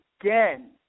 again